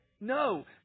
No